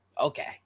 Okay